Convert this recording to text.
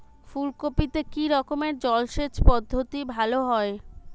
ফুলকপিতে কি রকমের জলসেচ পদ্ধতি ভালো হয়?